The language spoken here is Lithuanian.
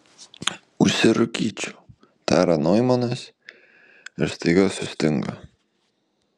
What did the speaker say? užsirūkyčiau tarė noimanas ir staiga sustingo